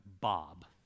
Bob